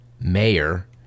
mayor